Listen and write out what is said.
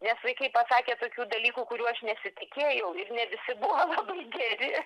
nes vaikai pasakė tokių dalykų kurių aš nesitikėjau ir ne visi buvo labai geri